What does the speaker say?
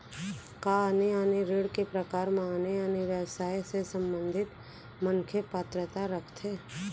का आने आने ऋण के प्रकार म आने आने व्यवसाय से संबंधित मनखे पात्रता रखथे?